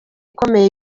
ikomeye